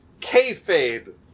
kayfabe